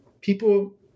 people